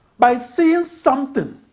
by seeing something